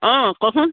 অঁ কচোন